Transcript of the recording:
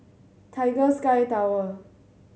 Tiger Sky Tower